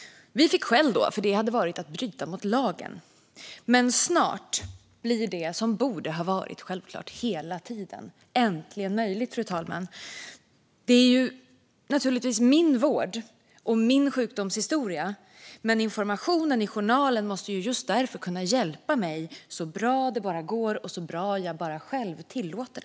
Vi fick skäll, för det hade varit att bryta mot lagen. Men snart blir det som hela tiden borde ha varit självklart äntligen möjligt. Det är naturligtvis min vård och min sjukdomshistoria, men informationen i journalen måste just därför kunna hjälpa mig så bra det bara går och så bra jag själv tillåter.